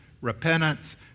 repentance